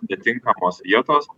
netinkamos vietos